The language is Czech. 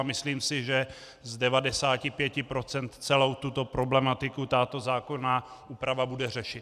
Myslím si, že z 95 % celou tuto problematiku tato zákonná úprava bude řešit.